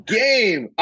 game